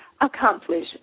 accomplish